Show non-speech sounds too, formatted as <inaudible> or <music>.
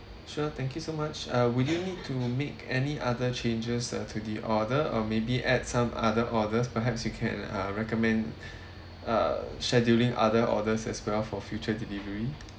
sure thank you so much uh would you need to make any other changes uh to the order or maybe add some other orders perhaps you can uh recommend <breath> uh scheduling other orders as well for future delivery